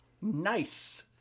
Nice